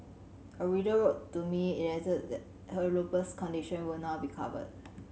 a reader wrote to me elated that her lupus condition will now be covered